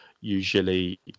usually